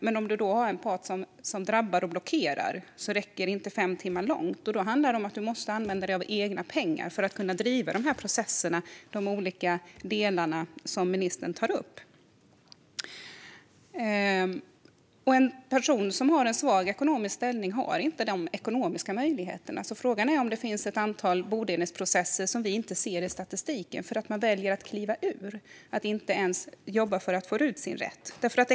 Men om man har en part som blockerar räcker inte fem timmar långt. Då handlar det om att man måste använda sig av egna pengar för att kunna driva processerna i de olika delar som ministern tar upp. En person som har en svag ekonomisk ställning har inte de ekonomiska möjligheterna. Frågan är därför om det finns ett antal bodelningsprocesser som vi inte ser i statistiken för att man väljer att kliva ur och inte ens jobba för att få ut sin rätt.